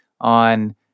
on